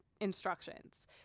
instructions